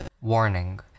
Warning